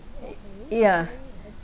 y~ yeah